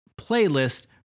playlist